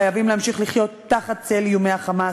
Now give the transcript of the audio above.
חייבים להמשיך לחיות תחת צל איומי ה"חמאס",